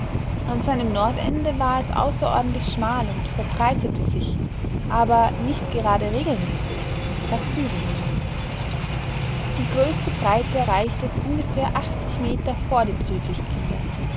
an seinem nordende war es außerordentlich schmal und verbreiterte sich aber nicht gerade regelmäßig nach süden hin die größte breite erreichte es ungefähr achtzig meter vor dem südlichen ende